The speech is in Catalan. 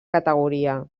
categoria